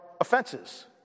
offenses